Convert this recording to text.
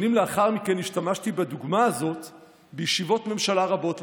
שנים לאחר מכן השתמשתי בדוגמה הזו בישיבות ממשלה רבות.